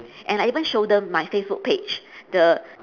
and I even show them my facebook page the